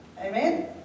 Amen